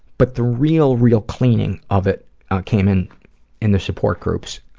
but the real, real cleaning of it came in in the support groups, ah,